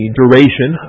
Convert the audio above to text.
duration